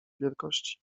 wielkości